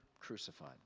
crucified